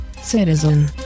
citizen